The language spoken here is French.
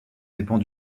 dépend